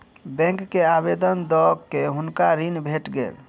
bank के आवेदन दअ के हुनका ऋण भेट गेल